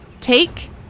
take